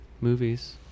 movies